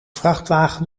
vrachtwagen